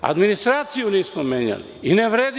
Administraciju nismo menjali i ne vredi.